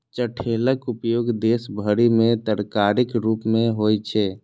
चठैलक उपयोग देश भरि मे तरकारीक रूप मे होइ छै